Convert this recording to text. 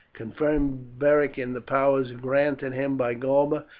confirmed beric in the powers granted him by galba,